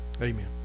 Amen